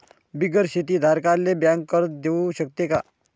बिगर शेती धारकाले बँक कर्ज देऊ शकते का?